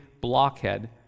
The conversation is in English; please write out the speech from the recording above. blockhead